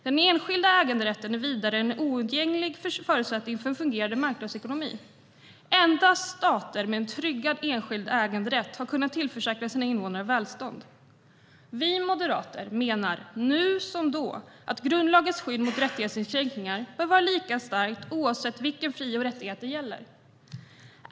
Den enskilda äganderätten är vidare en oundgänglig förutsättning för en fungerande marknadsekonomi. Endast stater med en tryggad enskild äganderätt har kunnat tillförsäkra sina invånare välstånd." Vi moderater menar, nu som då, att grundlagens skydd mot rättighetsinskränkningar bör vara lika starkt oavsett vilken fri och rättighet det gäller.